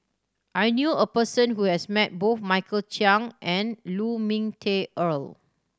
I knew a person who has met both Michael Chiang and Lu Ming Teh Earl